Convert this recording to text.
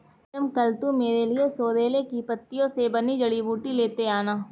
प्रीतम कल तू मेरे लिए सोरेल की पत्तियों से बनी जड़ी बूटी लेते आना